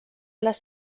les